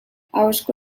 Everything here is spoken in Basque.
ahozko